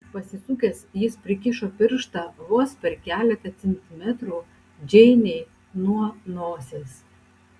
pasisukęs jis prikišo pirštą vos per keletą centimetrų džeinei nuo nosies